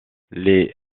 les